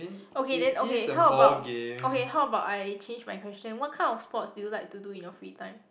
okay then okay how about okay how about I change my question what kind of sports do you like to play in your free time